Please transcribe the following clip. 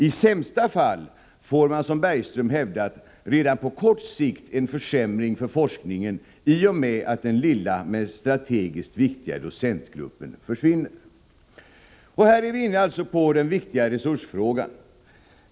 I sämsta fall får man, som Bergström hävdat, redan på kort sikt en försämring för forskningen i och med att den lilla men strategiskt viktiga docentgruppen försvinner.” Här kommer vi in på den viktiga resursfrågan.